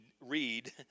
read